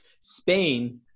Spain